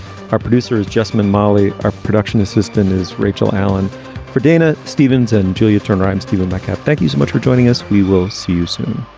our producer is jesmond marli. our production assistant is rachel allen for dana stevens and julia turner i'm steve inskeep. and like yeah thank you so much for joining us. we will see you soon